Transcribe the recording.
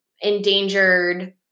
endangered